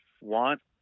want